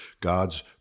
God's